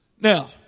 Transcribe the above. Now